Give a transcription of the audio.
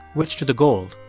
which to the gold.